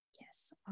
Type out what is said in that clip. Yes